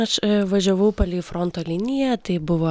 aš važiavau palei fronto liniją tai buvo